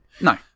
No